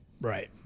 Right